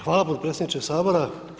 Hvala potpredsjedniče Sabora.